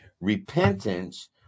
Repentance